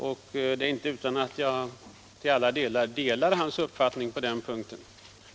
Det är inte utan att jag till alla delar instämmer i hans uppfattning på den punkten.